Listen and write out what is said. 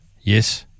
Yes